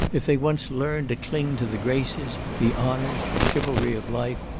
if they once learn to cling to the graces, the honours, the chivalry of life,